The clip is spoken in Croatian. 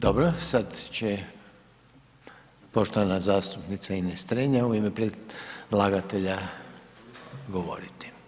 Dobro, sad će poštovana zastupnica Ines Strenja u ime predlagatelja govoriti.